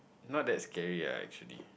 not that scary ah actually